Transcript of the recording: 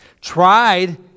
tried